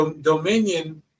Dominion